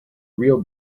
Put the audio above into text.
real